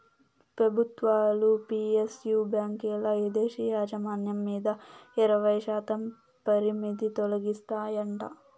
పెబుత్వాలు పి.ఎస్.యు బాంకీల్ల ఇదేశీ యాజమాన్యం మీద ఇరవైశాతం పరిమితి తొలగిస్తాయంట